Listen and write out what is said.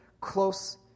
close